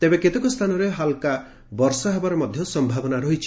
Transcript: ତେବେ କେତେକ ସ୍ଚାନରେ ହାଲ୍କା ବର୍ଷା ହେବାର ମଧ୍ଧ ସମ୍ଭାବନା ରହିଛି